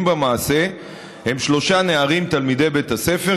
במעשה הם שלושה נערים תלמידי בית הספר,